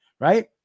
Right